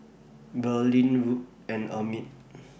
Brynlee Rube and Emmit